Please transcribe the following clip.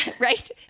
Right